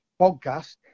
podcast